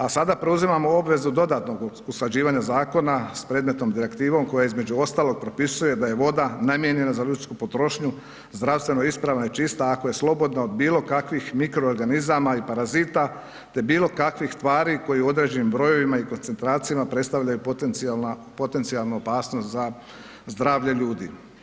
A sada preuzimamo obvezu dodatnog usklađivanja zakona s predmetnom direktivom koja između ostalog propisuje da je voda namijenjena za ljudsku potrošnju zdravstveno ispravna i čista ako je slobodna od bilo kakvih mikroorganizama i parazita te bilo kakvih tvari koje u određenim brojevima i koncentracijama predstavljaju potencijalnu opasnost za zdravlje ljudi.